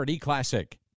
classic